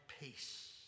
peace